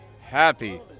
Happy